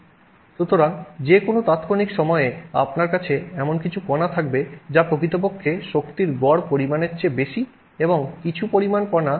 সুতরাং যে কোনও তাৎক্ষণিক সময়ে আপনার কাছে এমন কিছু কণা থাকবে যা প্রকৃতপক্ষে শক্তির গড় পরিমাণের চেয়ে বেশি এবং কিছু পরিমাণ কণা গড় পরিমাণের তুলনায় কম থাকে